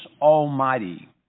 almighty